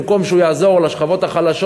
במקום שהוא יעזור לשכבות החלשות,